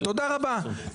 תודה רבה.